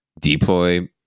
deploy